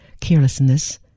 carelessness